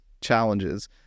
challenges